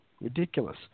Ridiculous